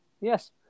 yes